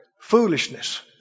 Foolishness